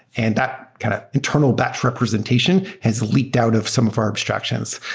and that kind of internal batch representation has leaked out of some of our abstractions.